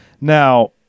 Now